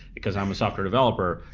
because i'm a software developer,